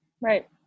Right